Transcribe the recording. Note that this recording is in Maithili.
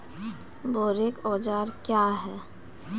बोरेक औजार क्या हैं?